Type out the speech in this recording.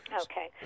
Okay